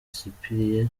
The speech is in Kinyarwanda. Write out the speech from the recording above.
cyprien